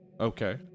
Okay